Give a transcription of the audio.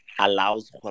allows